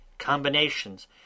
combinations